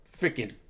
freaking